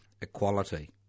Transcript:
equality